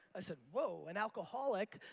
i said, whoa, an alcoholic.